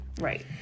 right